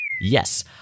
Yes